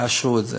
תאשרו את זה.